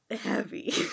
heavy